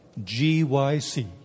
GYC